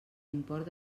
import